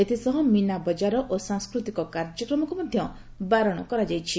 ଏଥିସହ ମୀନାବଜାର ଓ ସଂସ୍କୃତିକ କାର୍ଯ୍ୟକୁ ମଧ୍ଧ ବାରଣ କରାଯାଇଛି